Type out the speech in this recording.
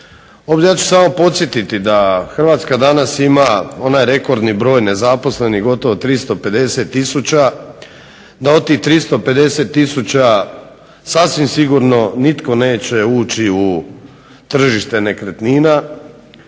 Ja ću samo podsjetiti da Hrvatska danas ima onaj rekordni broj nezaposlenih, gotovo 350 tisuća. Da od tih 350 tisuća sasvim sigurno nitko neće ući u tržište nekretnina.